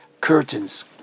curtains